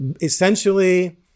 Essentially